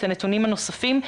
את הנתונים הנוספים,